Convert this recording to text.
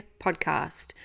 podcast